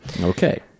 Okay